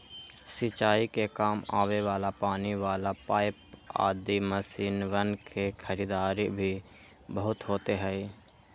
सिंचाई के काम आवे वाला पानी वाला पाईप आदि मशीनवन के खरीदारी भी बहुत होते हई